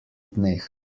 dneh